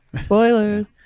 spoilers